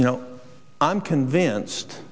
you know i'm convinced